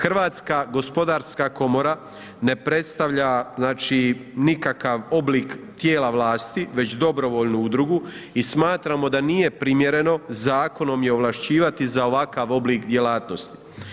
Hrvatska gospodarska komora ne predstavlja znači nikakav oblik tijela vlasti, već dobrovoljnu udrugu i smatramo da nije primjereno zakonom je ovlašćivati za ovakav oblik djelatnosti.